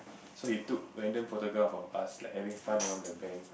so he took random photograph of us like having fun around the band